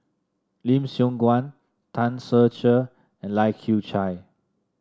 Lim Siong Guan Tan Ser Cher and Lai Kew Chai